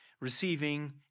receiving